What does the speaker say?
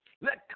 Let